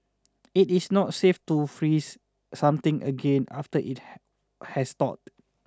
it is not safe to freeze something again after it has has thawed